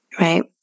Right